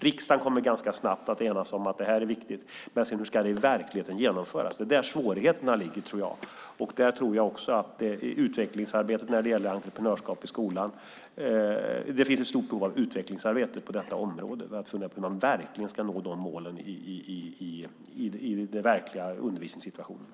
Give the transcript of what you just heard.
Riksdagen kommer ganska snabbt att enas om att detta är viktigt. Men hur ska det sedan genomföras i verkligheten? Det är där svårigheterna ligger. Jag tror också att det finns ett stort behov av utvecklingsarbete när det gäller entreprenörskap i skolan. Vi måste fundera på hur man ska nå de målen i den verkliga undervisningssituationen.